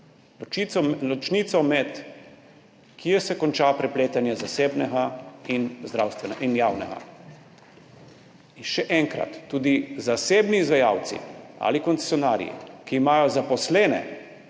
ločnico, kje se konča prepletanje zasebnega in javnega. In še enkrat, tudi zasebni izvajalci ali koncesionarji, ki imajo svoje